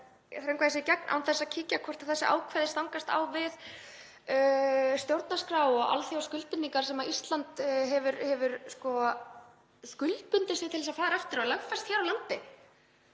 að þröngva þessu í gegn án þess að athuga hvort þessi ákvæði stangast á við stjórnarskrá og alþjóðaskuldbindingar sem Ísland hefur skuldbundið sig til að fara eftir og lögfest hér á landi?